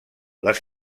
les